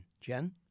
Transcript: Jen